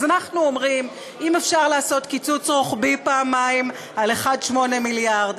אז אנחנו אומרים: אם אפשר לעשות קיצוץ רוחבי פעמיים על 1.8 מיליארד,